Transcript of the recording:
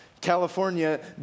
California